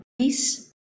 peace